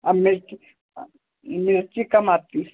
अब मिर्च मिर्ची कम आती है